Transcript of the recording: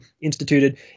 instituted